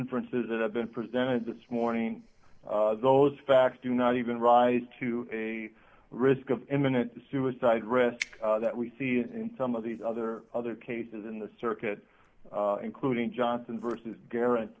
inferences that i've been presented this morning those facts do not even rise to a risk of imminent suicide risk that we see in some of these other other cases in the circuit including johnson versus garan